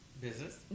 business